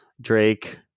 Drake